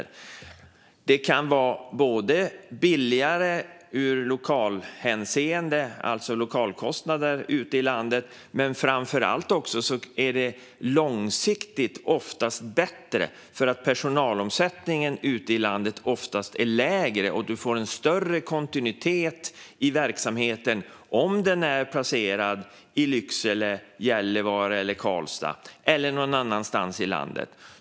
Ute i landet kan man få billigare lokalkostnader, men framför allt är det långsiktigt bättre då personalomsättningen oftast är lägre där. Man får större kontinuitet i verksamheten om den är placerad i Lycksele, Gällivare, Karlstad eller någon annanstans ute i landet.